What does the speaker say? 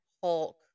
Hulk